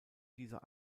dieser